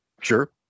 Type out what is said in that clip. Sure